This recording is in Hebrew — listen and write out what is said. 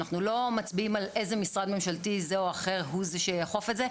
אנחנו לא מצביעים איזה משרד ממשלתי זה או אחר הוא זה שיאכוף את זה,